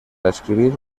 escribir